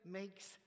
makes